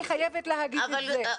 אני חייבת להגיד את זה.